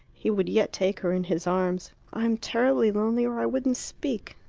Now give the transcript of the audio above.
he would yet take her in his arms. i'm terribly lonely, or i wouldn't speak.